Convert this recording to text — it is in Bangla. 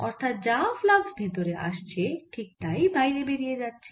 অর্থাৎ যা ফ্লাক্স ভেতরে আসছে ঠিক তাই বাইরে বেরিয়ে যাচ্ছে